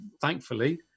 thankfully